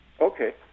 Okay